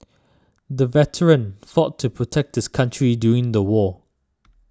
the veteran fought to protect his country during the war